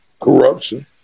corruption